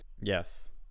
Yes